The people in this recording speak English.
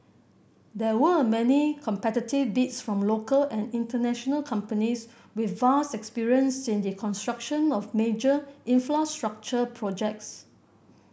there were many competitive bids from local and international companies with vast experience in the construction of major infrastructure projects